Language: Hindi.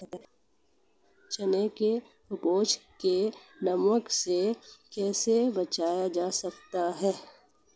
चने की उपज को नमी से कैसे बचाया जा सकता है?